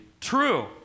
True